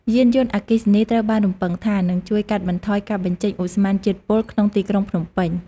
យានយន្តអគ្គីសនីត្រូវបានរំពឹងថា នឹងជួយកាត់បន្ថយការបញ្ចេញឧស្ម័នជាតិពុលក្នុងទីក្រុងភ្នំពេញ។